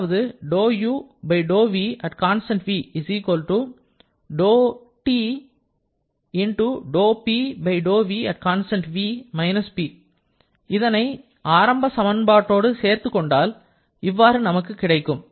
அதாவது இதனை ஆரம்ப சமன்பாட்டோடு சேர்த்துக்கொண்டால் இவ்வாறு நமக்கு கிடைக்கும்